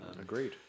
agreed